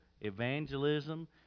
evangelism